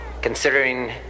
considering